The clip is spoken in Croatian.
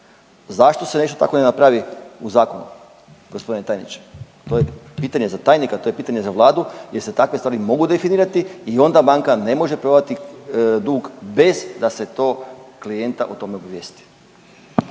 Zašto se nešto tako ne napravi u zakonu g. tajniče? To je pitanje za tajnika, to je pitanje za vladu gdje se takve stvari mogu definirati i onda banka ne može prodati dug bez da se to klijenta o tome obavijesti.